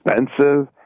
expensive